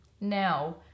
Now